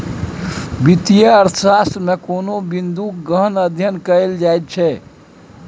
वित्तीय अर्थशास्त्रमे कोनो बिंदूक गहन अध्ययन कएल जाइत छै